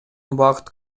убакыт